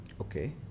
Okay